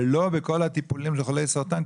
ולא בכל הטיפולים של חולי סרטן,